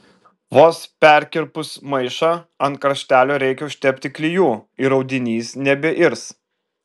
vos perkirpus maišą ant kraštelio reikia užtepti klijų ir audinys nebeirs